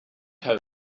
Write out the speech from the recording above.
how